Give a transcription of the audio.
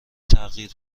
تغییر